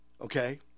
okay